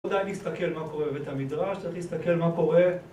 עדיין נסתכל מה קורה בבית המדרש, אתה תסתכל מה קורה